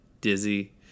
dizzy